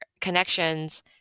connections